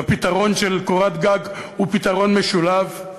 והפתרון של קורת גג הוא פתרון משולב.